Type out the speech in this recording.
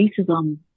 racism